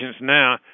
now